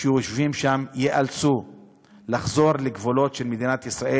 שיושבים שם ייאלצו לחזור לגבולות של מדינת ישראל.